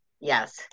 yes